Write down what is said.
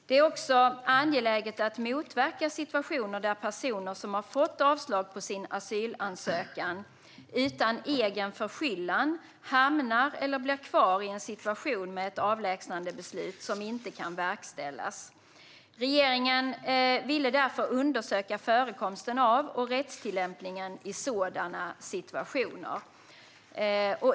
Det är också angeläget att motverka situationer där personer som har fått avslag på sin asylansökan utan egen förskyllan hamnar eller blir kvar i en situation med ett avlägsnandebeslut som inte kan verkställas. Regeringen ville därför undersöka förekomsten av och rättstillämpningen i sådana situationer.